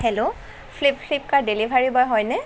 hello Flipkart delivery boy হয়নে